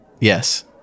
Yes